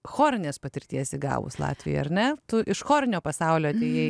chorinės patirties įgavus latvijoj ar ne tu iš chorinio pasaulio atėjai